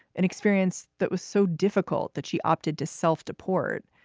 an experience that was so difficult that she opted to self-deport.